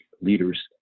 Leaders